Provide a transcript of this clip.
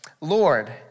Lord